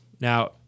Now